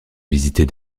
visiter